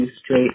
straight